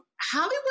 Hollywood